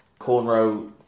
Cornrow